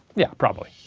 yeah, probably.